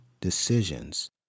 decisions